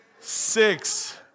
six